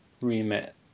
remit